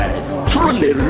truly